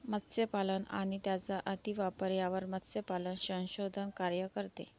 मत्स्यपालन आणि त्यांचा अतिवापर यावर मत्स्यपालन संशोधन कार्य करते